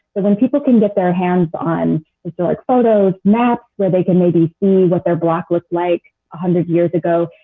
but when people can get their hands on historic and so like photos, maps where they can maybe see what their block looked like a hundred years ago,